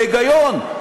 בהיגיון.